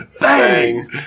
bang